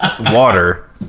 water